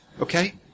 Okay